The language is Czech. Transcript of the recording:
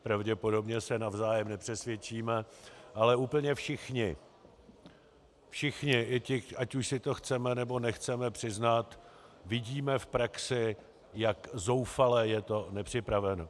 Pravděpodobně se navzájem nepřesvědčíme, ale úplně všichni, všichni, ať už si to chceme, nebo nechceme přiznat, vidíme v praxi, jak zoufale je to nepřipraveno.